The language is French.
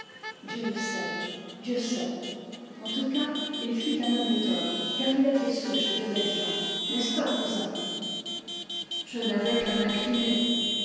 dieu le sait dieu seul en tout cas il fut un honnête homme car il a fait souche d'honnêtes gens n'est-ce pas cousin je n'avais qu'à m'incliner